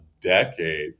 decade